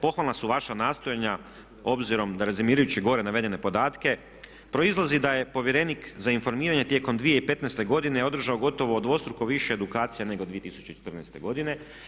Pohvalna su vaša nastojanja obzirom da rezimirajući gore navedene podatke proizlazi da je povjerenik za informiranje tijekom 2015. godine održao gotovo više edukacija nego 2014. godine.